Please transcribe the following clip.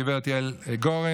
גב' יעל גורן,